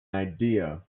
idea